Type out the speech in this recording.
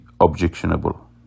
objectionable